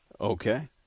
Okay